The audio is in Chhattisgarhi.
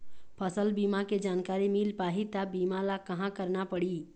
फसल बीमा के जानकारी मिल पाही ता बीमा ला कहां करना पढ़ी?